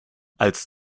als